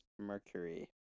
Mercury